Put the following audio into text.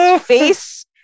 face